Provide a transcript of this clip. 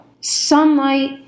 sunlight